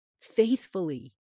faithfully